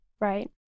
Right